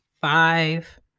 five